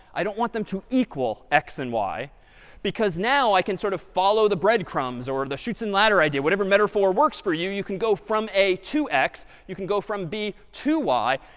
i don't want them to equal x and y because now i can sort of follow the breadcrumbs, or the chutes and ladder idea, whatever metaphor works for you. you can go from a to x, you can go from b to y,